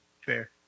fair